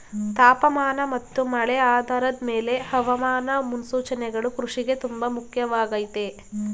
ತಾಪಮಾನ ಮತ್ತು ಮಳೆ ಆಧಾರದ್ ಮೇಲೆ ಹವಾಮಾನ ಮುನ್ಸೂಚನೆಗಳು ಕೃಷಿಗೆ ತುಂಬ ಮುಖ್ಯವಾಗಯ್ತೆ